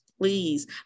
please